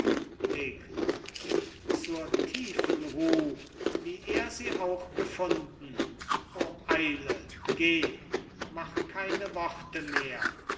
thekla zur tiefen ruh wie er sie auch gefunden o eile geh mach keine worte mehr